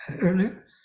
earlier